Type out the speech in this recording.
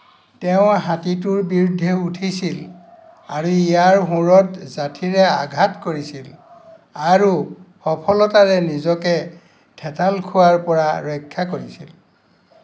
তেওঁ হাতীটোৰ বিৰুদ্ধে উঠিছিল আৰু ইয়াৰ শুঁড়ত যাঠীৰে আঘাত কৰিছিল আৰু সফলতাৰে নিজকে থেঁতাল খোৱাৰ পৰা ৰক্ষা কৰিছিল